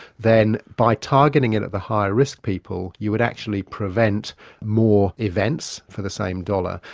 then by targeting it at the higher risk people you would actually prevent more events for the same dollar,